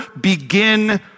Begin